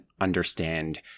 understand